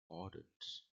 ordens